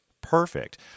Perfect